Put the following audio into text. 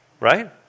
Right